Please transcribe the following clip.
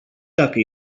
dacă